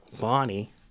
Bonnie